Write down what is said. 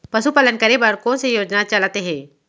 पशुपालन करे बर कोन से योजना चलत हे?